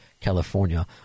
California